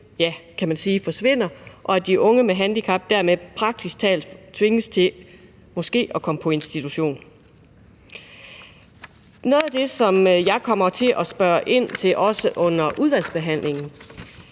sige, og at de unge med handicap dermed praktisk talt tvinges til måske at komme på institution. Noget af det, som jeg vil spørge ind til under udvalgsbehandlingen,